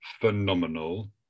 phenomenal